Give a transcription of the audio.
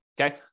Okay